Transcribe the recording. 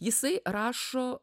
jisai rašo